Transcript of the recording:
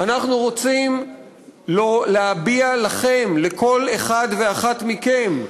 אנחנו רוצים להביע לכם, לכל אחד ואחת מכם,